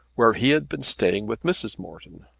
where he had been staying with mrs. morton.